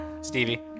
Stevie